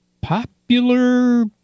popular